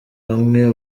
hamwe